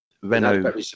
Renault